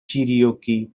cherokee